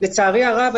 לצערי הרב,